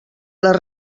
les